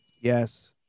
Yes